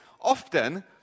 often